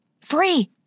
Free